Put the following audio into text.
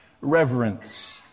reverence